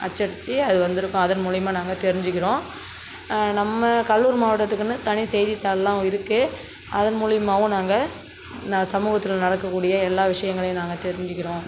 அச்சடிச்சி அது வந்துருக்கும் அதன் மூலிமா நாங்கள் தெரிஞ்சுக்கிறோம் நம்ம கடலூர் மாவட்டத்துக்குனு தனி செய்தித்தாள்லாம் இருக்குது அதன் மூலிமாவும் நாங்கள் நான் சமூகத்தில் நடக்கக்கூடிய எல்லா விஷயங்களையும் நாங்கள் தெரிஞ்சுக்கிறோம்